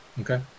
Okay